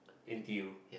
n_t_u